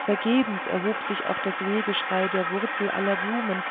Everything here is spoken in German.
vergebens erhoben sich auf das wehgeschrei der wurzel alle blumen